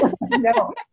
No